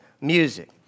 music